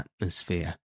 atmosphere